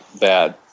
bad